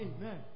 Amen